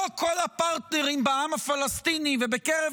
לא כל הפרטנרים בעם הפלסטיני ובקרב